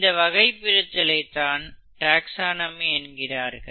இந்த வகைபிரித்தலை தான் டேக்ஸ்சானமி என்கிறார்கள்